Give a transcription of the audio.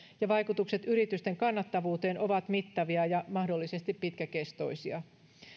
ja vaikutukset yritysten kannattavuuteen ovat mittavia ja mahdollisesti pitkäkestoisia